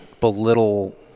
belittle